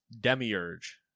Demiurge